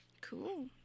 Cool